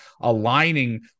aligning